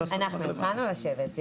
אנחנו תיכננו לשבת.